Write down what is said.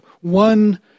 one